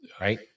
right